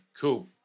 cool